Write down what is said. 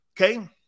Okay